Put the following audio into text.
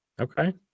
Okay